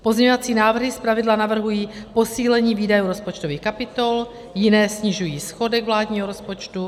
Pozměňovací návrhy zpravidla navrhují posílení výdajů rozpočtových kapitol, jiné snižují schodek vládního rozpočtu.